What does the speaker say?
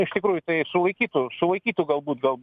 iš tikrųjų tai sulaikytų sulaikytų galbūt gal